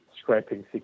scraping